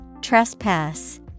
Trespass